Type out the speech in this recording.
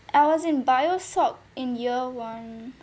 I was in biology sociology in year one